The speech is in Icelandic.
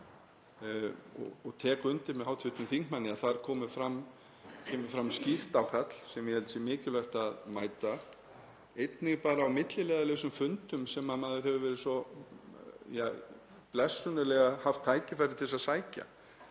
Ég tek undir með hv. þingmanni að þar kemur fram skýrt ákall sem ég held að sé mikilvægt að mæta, einnig bara milliliðalaust á fundum sem maður hefur svo blessunarlega haft tækifæri til þess að sækja.